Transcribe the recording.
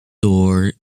door